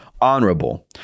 honorable